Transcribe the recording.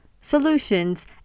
solutions